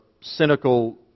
cynical